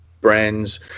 brands